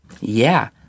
Yeah